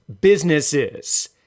businesses